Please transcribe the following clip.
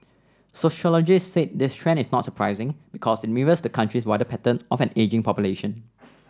sociologists said this trend is not surprising because it mirrors the country's wider pattern of an ageing population